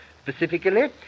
Specifically